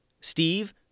Steve